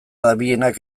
dabilenak